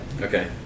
Okay